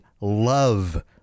love